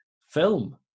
film